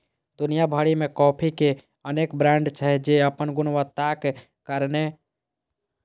दुनिया भरि मे कॉफी के अनेक ब्रांड छै, जे अपन गुणवत्ताक कारण मशहूर छै